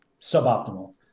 suboptimal